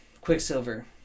Quicksilver